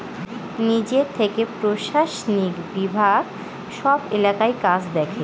নিজে থেকে প্রশাসনিক বিভাগ সব এলাকার কাজ দেখে